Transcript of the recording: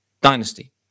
Dynasty